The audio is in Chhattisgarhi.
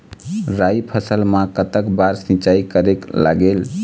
राई फसल मा कतक बार सिचाई करेक लागेल?